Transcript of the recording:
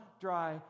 dry